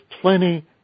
plenty